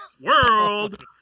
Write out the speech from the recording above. world